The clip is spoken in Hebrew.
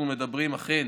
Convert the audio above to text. אנחנו מדברים אכן